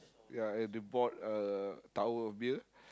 ya and they bought a tower of beer